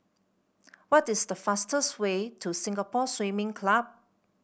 what is the fastest way to Singapore Swimming Club